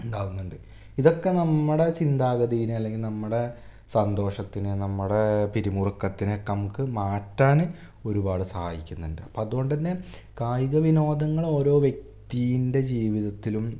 ഉണ്ടാകുന്നുണ്ട് ഇതൊക്കെ നമ്മടെ ചിന്താഗതീനെ അല്ലെങ്കില് നമ്മുടെ സന്തോഷത്തിനെ നമ്മുടെ പിരിമുറക്കത്തിനെയൊക്കെ നമുക്ക് മാറ്റാന് ഒരുപാട് സഹായിക്കുന്നുണ്ട് അപ്പം അതുകൊണ്ടെന്നെ കായിക വിനോദങ്ങള് ഓരോ വ്യക്തീൻ്റെ ജീവിതത്തിലും